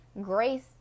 grace